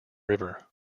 river